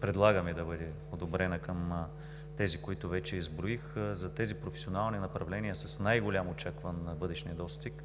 предлагаме да бъде одобрена към тези, които вече изброих. За професионалните направления с най-голям очакван бъдещ недостиг